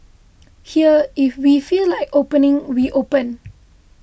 here if we feel like opening we open